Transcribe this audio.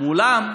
מולם,